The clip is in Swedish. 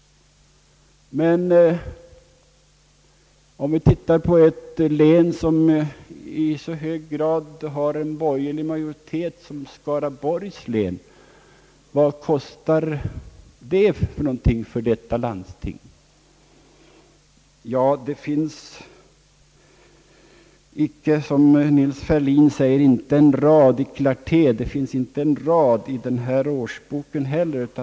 Men om vi ser på siffrorna för ett län, som i så hög grad har borgerlig majoritet som Skaraborgs län, vad blir driftkostnaderna för detta landsting? Det finns, som Nils Ferlin säger, »icke en rad i Clarté» om den saken — det finns icke en enda rad i årsboken heller.